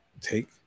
take